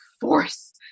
force